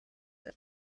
wird